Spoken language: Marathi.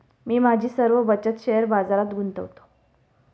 मी माझी सर्व बचत शेअर बाजारात गुंतवतो